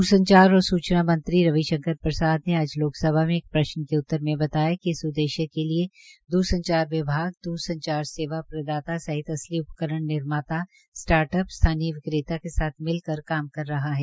दूर संचार और सूचना मंत्री रवि शंकर प्रसाद ने आज लोकसभा में एक प्रश्न के उत्तर में बताया कि इस उद्देश्य के लिये दूर संचार विभाग दूर संचार सेवा प्रदाता सहित असली उपकरण निर्माता स्टार्टअप स्थानीय विक्रेता के साथ मिल कर काम कर रहा है